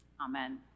amen